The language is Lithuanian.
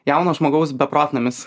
jauno žmogaus beprotnamis